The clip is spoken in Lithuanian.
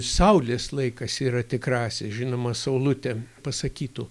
saulės laikas yra tikrasis žinoma saulutė pasakytų